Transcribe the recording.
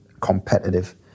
competitive